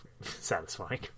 satisfying